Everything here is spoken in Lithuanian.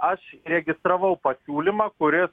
aš registravau pasiūlymą kuris